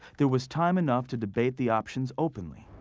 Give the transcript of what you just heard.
there was time enough to debate the options openly.